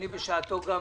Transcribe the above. אני בשעתו גם